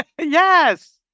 Yes